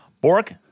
Bork